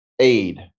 aid